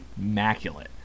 immaculate